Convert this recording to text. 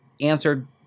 answered